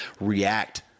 react